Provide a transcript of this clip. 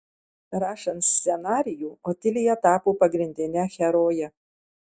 rašant scenarijų otilija tapo pagrindine heroje